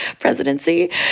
presidency